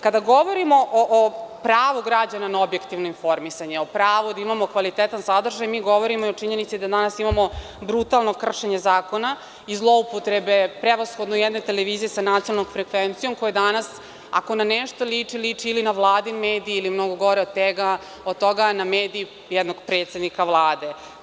Kada govorimo o pravu građanina na objektivno informisanje, pravo da imamo kvalitetan sadržaj, mi govorimo i o činjenici da danas imamo brutalno kršenje zakona i zloupotrebe, prevashodno jedne televizije sa nacionalnom frekvencijom koja danas, ako na nešto liči, liči ili na vladini mediji, ili mnogo gore od toga, na medije jednog predsednika Vlade.